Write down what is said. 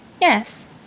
Yes